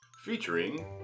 Featuring